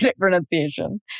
pronunciation